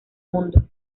mundo